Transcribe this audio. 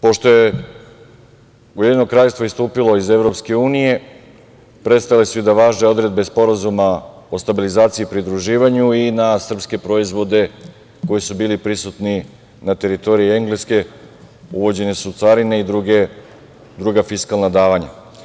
Pošto je Ujedinjeno Kraljevstvo istupilo iz EU, prestale su i da važe odredbe Sporazuma o stabilizaciji i pridruživanju i na srpske proizvode koji su bili prisuti na teritoriji Engleske, uvođene su carine i druga fiskalna davanja.